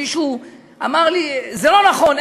אמר לי: זה לא נכון,